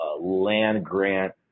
land-grant